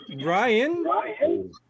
Brian